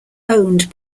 owned